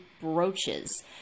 brooches